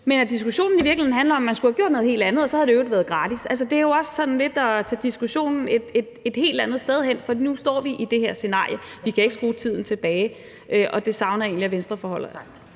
Men at diskussionen i virkeligheden handler om, at man skulle have gjort noget helt andet, og at det så i øvrigt havde været gratis, er også sådan lidt at tage diskussionen et helt andet sted hen, for nu står vi i det her scenarie, og vi kan ikke skrue tiden tilbage, og det savner jeg egentlig Venstre forholder